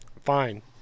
fine